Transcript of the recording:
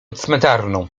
cmentarną